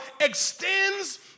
extends